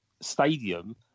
stadium